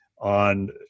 on